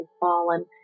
fallen